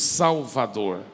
salvador